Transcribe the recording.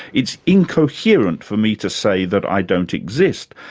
it's incoherent for me to say that i don't exist,